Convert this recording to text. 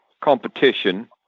competition